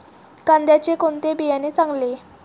कांद्याचे कोणते बियाणे चांगले?